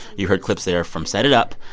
you heard clips there from set it up,